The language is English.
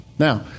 Now